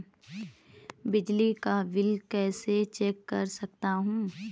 बिजली का बिल कैसे चेक कर सकता हूँ?